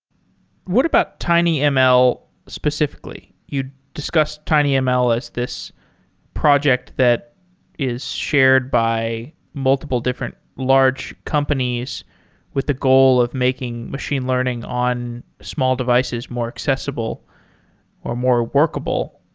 what about tinyml specifically? you'd discuss tinyml as this project that is shared by multiple different large companies with the goal of making machine learning on small devices more accessible or more workable.